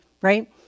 right